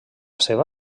seva